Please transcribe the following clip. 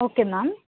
okay ma'am